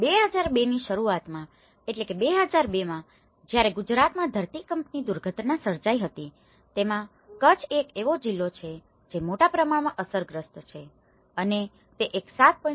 અને 2000ની શરૂઆતમાં એટલે કે 2002માં જ્યારે ગુજરાતમાં ધરતીકંપની દુર્ઘટના સર્જાઈ હતી તેમાં કચ્છ એક એવો જિલ્લો છે જે મોટા પ્રમાણમાં અસરગ્રસ્ત છે અને તે એક 7